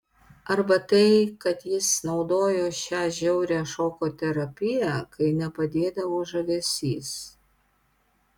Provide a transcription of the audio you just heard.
arba tai kad jis naudojo šią žiaurią šoko terapiją kai nepadėdavo žavesys